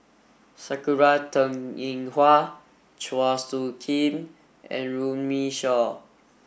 Sakura Teng Ying Hua Chua Soo Khim and Runme Shaw